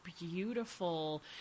beautiful